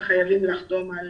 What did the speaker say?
לחתום על